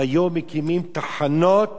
והיום מקימים תחנות